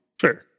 Sure